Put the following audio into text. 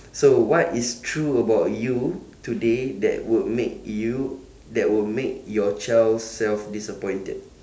so what is true about you today that would make you that would make your child self disappointed